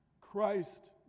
Christ